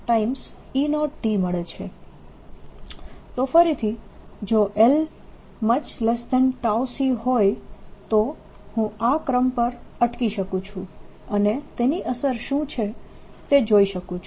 તો ફરીથી જો l c હોય તો હું આ ક્રમ પર અટકી શકું છું અને તેની અસર શું છે તે જોઈ શકું છું